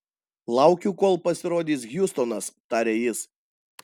laukiu kol pasirodys hjustonas tarė jis